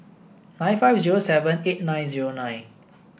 nine five zero seven eight nine zero nine